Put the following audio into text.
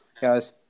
guys